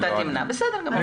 בסדר גמור.